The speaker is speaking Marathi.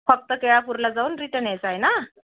फक्त केळापूरला जाऊन रिटर्न यायचा आहे ना